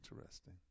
interesting